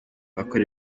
bakora